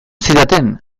zidaten